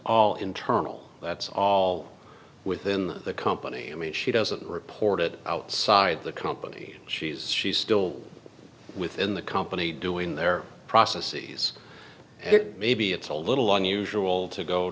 all internal that's all within the company i mean she doesn't reported outside the company she's she's still within the company doing their processes maybe it's a little long usual to go